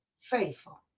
faithful